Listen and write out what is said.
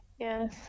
Yes